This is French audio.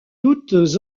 toutes